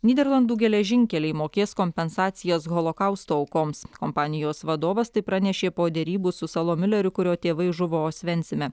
nyderlandų geležinkeliai mokės kompensacijas holokausto aukoms kompanijos vadovas tai pranešė po derybų su solo mileriu kurio tėvai žuvo osvencime